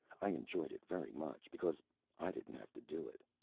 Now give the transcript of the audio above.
i enjoyed it very much, because i didn't have to do it.